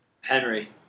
Henry